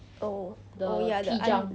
oh oh ya the eye